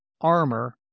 armor